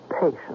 Patience